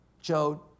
Joe